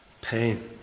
pain